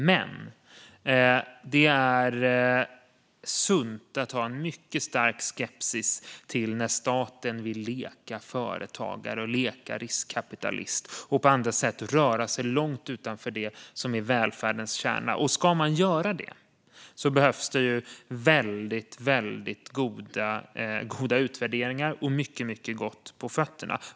Men det är sunt att ha en stark skepsis till när staten vill leka företagare och riskkapitalist och på andra sätt röra sig långt utanför det som är välfärdens kärna. Men om staten ändå ska göra det måste staten ha bra utvärderingar och ordentligt på fötterna.